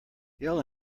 yell